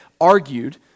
argued